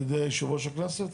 על ידי יושב ראש הכנסת,